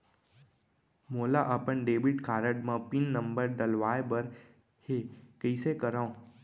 मोला अपन debit card म पिन नंबर डलवाय बर हे कइसे करव?